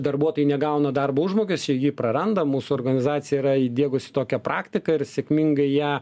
darbuotojai negauna darbo užmokesčio jį praranda mūsų organizacija yra įdiegusi tokią praktiką ir sėkmingai ją